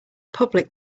public